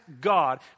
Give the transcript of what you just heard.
God